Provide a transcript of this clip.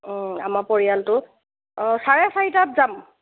আমাৰ পৰিয়ালটো চাৰে চাৰিটাত যাম